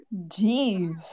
Jeez